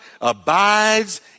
abides